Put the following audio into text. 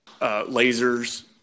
lasers